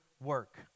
work